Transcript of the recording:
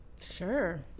Sure